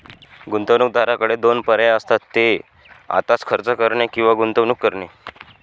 गुंतवणूकदाराकडे दोन पर्याय असतात, ते आत्ताच खर्च करणे किंवा गुंतवणूक करणे